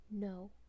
No